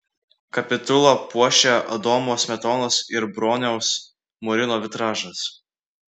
kapitulą puošią adomo smetonos ir broniaus murino vitražas